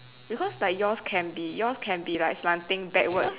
because like yours can be yours can be like slanting backwards